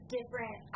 different